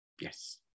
Yes